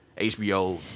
HBO